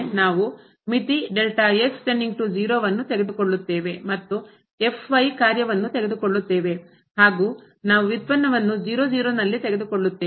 ನಾವು ಮಿತಿ ಅನ್ನು ತೆಗೆದುಕೊಳ್ಳುತ್ತೇವೆಮತ್ತು ಕಾರ್ಯ ವನ್ನು ತೆಗೆದುಕೊಳ್ಳುತ್ತೇವೆ ಹಾಗೂ ನಾವು ವ್ಯುತ್ಪನ್ನವನ್ನು ನಲ್ಲಿ ತೆಗೆದುಕೊಳ್ಳುತ್ತೇವೆ